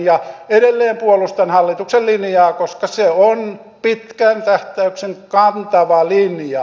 ja edelleen puolustan hallituksen linjaa koska se on pitkän tähtäyksen kantava linja